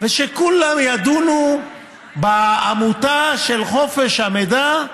ושכולם ידונו בעמותה של חופש המידע.